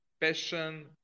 passion